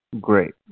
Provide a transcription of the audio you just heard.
Great